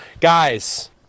Guys